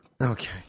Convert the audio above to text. okay